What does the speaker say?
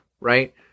right